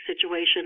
situation